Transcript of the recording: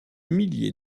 milliers